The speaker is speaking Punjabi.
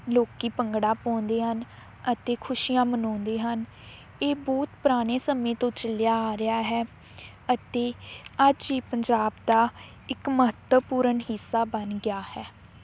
ਲੋਕ ਭੰਗੜਾ ਪਾਉਂਦੇ ਹਨ ਅਤੇ ਖੁਸ਼ੀਆਂ ਮਨਾਉਂਦੇ ਹਨ ਇਹ ਬਹੁਤ ਪੁਰਾਣੇ ਸਮੇਂ ਤੋਂ ਚੱਲਿਆ ਆ ਰਿਹਾ ਹੈ ਅਤੇ ਅੱਜ ਇਹ ਪੰਜਾਬ ਦਾ ਇੱਕ ਮਹੱਤਵਪੂਰਨ ਹਿੱਸਾ ਬਣ ਗਿਆ ਹੈ